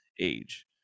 age